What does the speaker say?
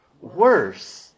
worse